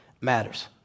matters